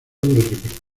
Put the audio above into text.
del